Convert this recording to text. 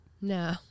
no